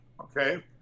Okay